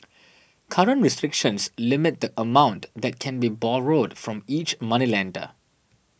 current restrictions limit the amount that can be borrowed from each moneylender